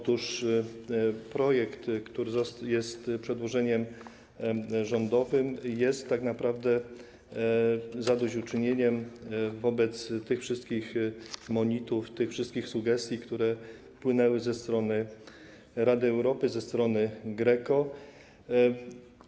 Otóż projekt, który jest przedłożeniem rządowym, stanowi tak naprawdę zadośćuczynienie wobec tych wszystkich monitów, tych wszystkich sugestii, które płynęły ze strony Rady Europy, ze strony GRECO.